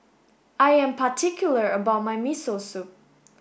I am particular about my Miso Soup